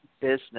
business